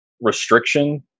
restriction